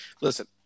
listen